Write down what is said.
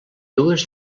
dues